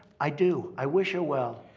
i do. i wish her well.